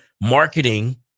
marketing